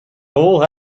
hole